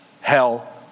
hell